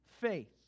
faith